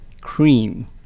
cream